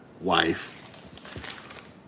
Wife